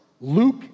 Luke